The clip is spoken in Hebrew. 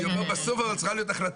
אני אומר, בסוף אבל צריכה להיות החלטה.